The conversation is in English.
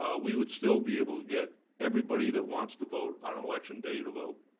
um we would still be able to get everybody that wants to vote on election day to vote.